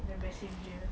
the messenger